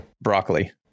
broccoli